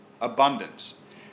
abundance